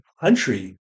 country